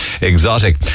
exotic